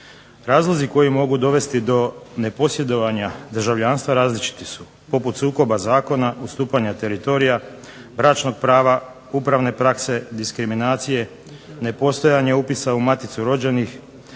Razlozi koji mogu dovesti do neposjedovanja državljanstva različiti su, poput sukoba zakona, ustupanja teritorija, bračnog prava, upravne prakse, diskriminacije, nepostojanje upisa u Maticu rođenih,